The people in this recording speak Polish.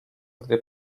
gdy